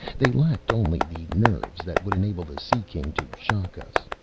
they lacked only the nerves that would enable the sea-king to shock us.